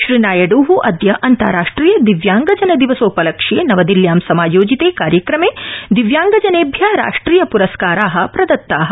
श्रीनायडू अद्य अन्तार्राष्ट्रिय दिव्यांगजन दिवसोपलक्ष्ये नवदिल्यां समायोजिते कार्यक्रमे दिव्यांगजनेभ्य राष्ट्रिय प्रस्कारा प्रदत्ता